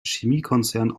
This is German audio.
chemiekonzern